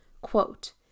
quote